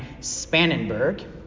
Spannenberg